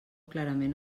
clarament